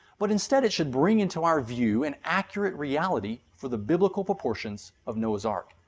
but instead it should bring into our view an accurate reality for the biblical proportions of noah's ark.